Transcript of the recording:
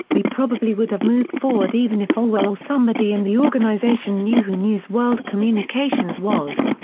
we probably would have moved forward even if falwell or somebody in the organization knew who news world communications was.